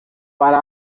para